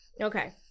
Okay